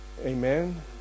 Amen